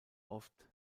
oft